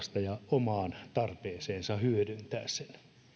omaan tarpeeseensa hyödyntää sen